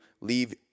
leave